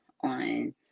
on